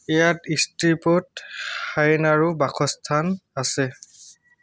ইয়াত স্ট্ৰীপত হায়েনাৰো বাসস্থান আছে